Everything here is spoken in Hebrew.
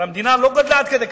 הרי המדינה לא גדלה עד כדי כך.